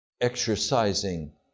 exercising